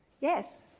Yes